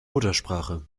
muttersprache